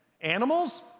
Animals